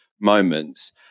moments